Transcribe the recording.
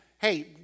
hey